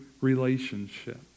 relationship